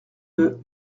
deux